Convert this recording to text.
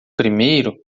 primeiro